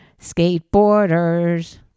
skateboarders